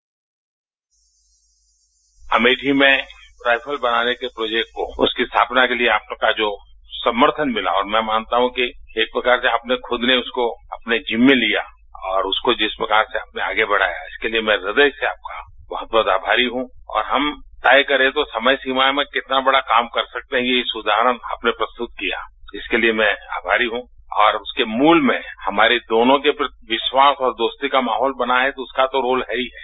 bite Amethi में rifle बनाने के प्रोजेक्ट को उसकी स्थापना के लिये आपका जो समर्थन मिला और मैं मानता हूं कि एक प्रकार से आपने खुद ने उसको अपने जिम्मे लिया और उसको जिस प्रकार से आपने आगे बढ़ाया है इसके लिये मैं हृदय से आपका बहुत बहुत आभारी हूं और हम तय करें तो समय सीमा में कितना बड़ा काम कर सकते हैं यह उदाहरण आपने प्रस्तुत किया इसके लिये मैं आभारी हूं और उसके मूल में हमारे दोनों के प्रति विश्वास और दोस्ती का माहौल बनायें तो उसका तो रोल है ही है